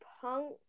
punk